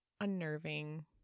unnerving